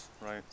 right